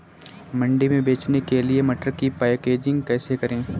मंडी में बेचने के लिए मटर की पैकेजिंग कैसे करें?